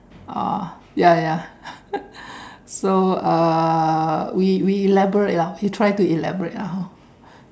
oh ya ya so uh we we elaborate lor we try to elaborate lah hor